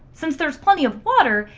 since there is plenty of water,